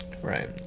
Right